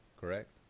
correct